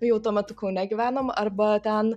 kai jau tuo metu kaune gyvenom arba ten